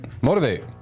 Motivate